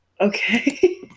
okay